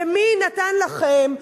ומי נתן לכם,